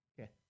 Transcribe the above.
Okay